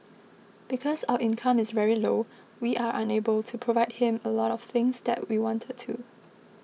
because our income is very low we are unable to provide him a lot of things that we wanted to